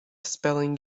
spelling